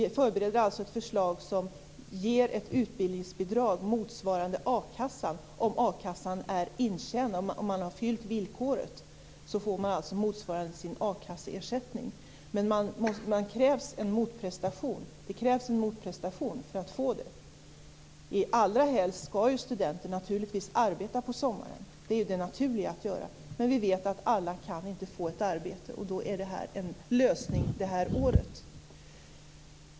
Vi förbereder alltså ett förslag som ger ett utbildningsbidrag motsvarande a-kassa. Om man har uppfyllt villkoren får man motsvarande sin akasseersättning. Men det krävs en motprestation för att få det. Allra helst skall ju studenter naturligtvis arbeta på sommaren. Det är ju det naturliga. Men vi vet att alla inte kan få ett arbete, och då är det här en lösning det här året.